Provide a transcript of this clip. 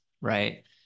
right